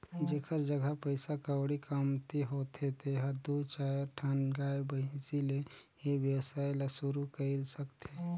जेखर जघा पइसा कउड़ी कमती होथे तेहर दू चायर ठन गाय, भइसी ले ए वेवसाय ल सुरु कईर सकथे